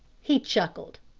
he chuckled.